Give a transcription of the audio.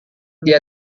dia